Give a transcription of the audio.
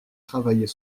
travaillait